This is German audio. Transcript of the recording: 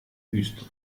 wüste